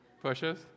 pushes